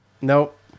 Nope